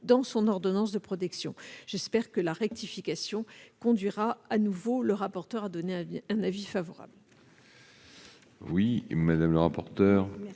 dans son ordonnance de protection. J'espère que cette rectification conduira la rapporteur à émettre un avis favorable